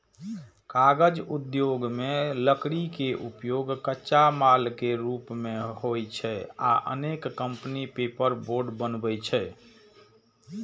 कागज उद्योग मे लकड़ी के उपयोग कच्चा माल के रूप मे होइ छै आ अनेक कंपनी पेपरबोर्ड बनबै छै